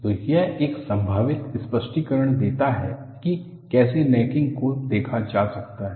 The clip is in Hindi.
तो यह एक संभावित स्पष्टीकरण देता है कि कैसे नेकिंग को देखा जा सकता है